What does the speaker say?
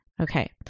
Okay